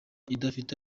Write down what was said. idafite